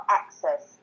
access